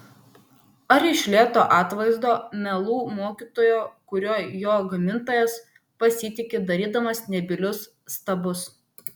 ar iš lieto atvaizdo melų mokytojo kuriuo jo gamintojas pasitiki darydamas nebylius stabus